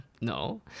No